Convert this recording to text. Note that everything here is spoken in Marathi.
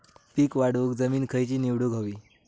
पीक वाढवूक जमीन खैची निवडुक हवी?